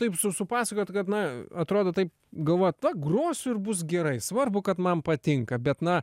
taip su supasakojot kad na atrodo taip galvojat na grosiu ir bus gerai svarbu kad man patinka bet na